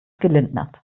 gelindnert